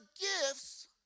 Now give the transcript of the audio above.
gifts